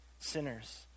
sinners